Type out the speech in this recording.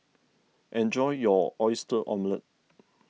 enjoy your Oyster Omelette